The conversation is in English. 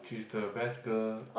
she is the best girl